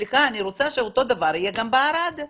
סליחה, אני רוצה שאותו דבר יהיה גם בערד.